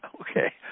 Okay